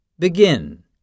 begin